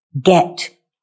get